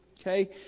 okay